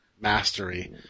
mastery